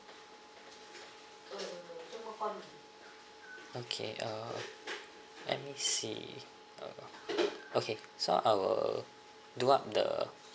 okay uh let me see uh okay so I will do up the